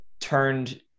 turned –